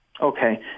Okay